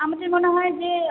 আমাদের মনে হয় যে